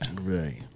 Right